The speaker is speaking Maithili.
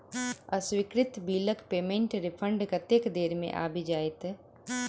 अस्वीकृत बिलक पेमेन्टक रिफन्ड कतेक देर मे आबि जाइत?